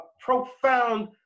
profound